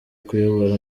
kuyobora